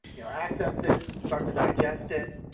you know access it, start to digest it.